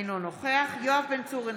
אינו נוכח יואב בן צור,